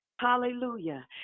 Hallelujah